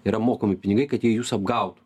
yra mokami pinigai kad jie jus apgautų